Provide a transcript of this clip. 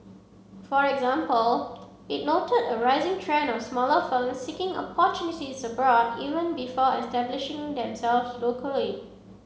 for example it noted a rising trend of smaller firms seeking opportunities abroad even before establishing themselves locally